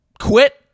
quit